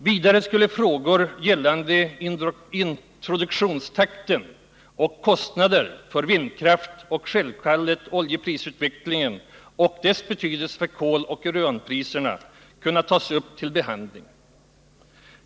Vidare skulle frågor gällande introduktionstakten och kostnader för vindkraft och självfallet oljeprisutvecklingen och dess betydelse för koloch uranpriserna kunna tas upp till behandling.